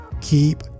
keep